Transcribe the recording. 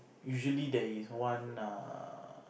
usually there is one err